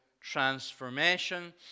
transformation